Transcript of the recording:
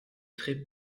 très